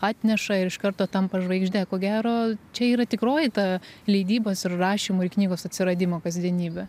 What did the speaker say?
atneša ir iš karto tampa žvaigžde ko gero čia yra tikroji ta leidybos ir rašymo ir knygos atsiradimo kasdienybė